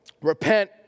repent